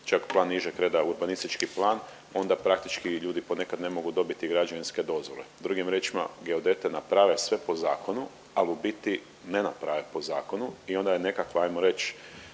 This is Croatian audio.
čak plan nižeg reda urbanistički plan onda praktički ljudi ponekad ne mogu dobiti građevinske dozvole. Drugim riječima, geodete naprave sve po zakonu, al u biti ne naprave po zakonu i onda je nekakva ajmo reć,